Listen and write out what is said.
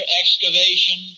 excavation